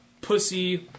pussy